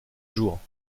jours